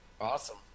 Awesome